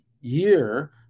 year